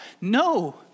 No